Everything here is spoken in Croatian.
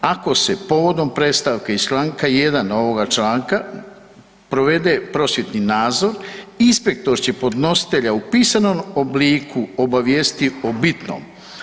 Ako se povodom predstavke iz čl. 1 ovoga članka provede prosvjetni nadzor, inspektor će podnositelja u pisanom obliku obavijestiti o bitnom.